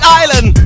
island